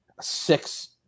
six